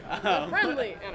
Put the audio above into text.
Friendly